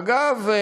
אגב,